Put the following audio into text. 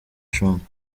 trump